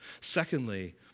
Secondly